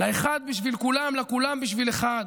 לאחד בשביל כולם, לכולם בשביל אחד.